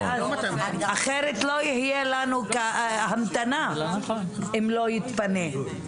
אחרת לא יהיה לנו המתנה אם לא יתפנה.